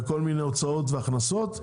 מכל מיני הוצאות והכנסות,